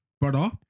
Brother